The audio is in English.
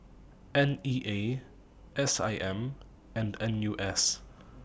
N E A S I M and N U S